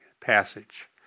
passage